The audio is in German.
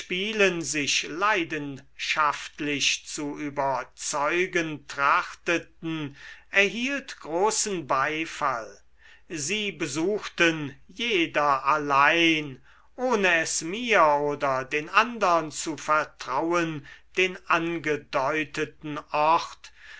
sich leidenschaftlich zu überzeugen trachteten erhielt großen beifall sie besuchten jeder allein ohne es mir oder den andern zu vertrauen den angedeuteten ort